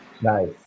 nice